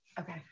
okay